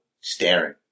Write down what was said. staring